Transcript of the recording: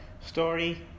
story